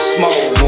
Smoke